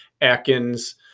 Atkins